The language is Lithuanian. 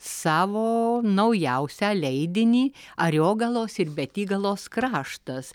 savo naujausią leidinį ariogalos ir betygalos kraštas